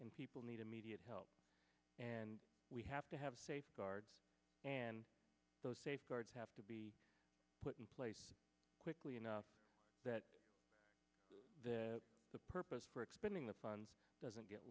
and people need immediate help and we have to have safeguards and those safeguards have to be put in place quickly enough that the purpose for expanding the funds doesn't get